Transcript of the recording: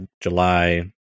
July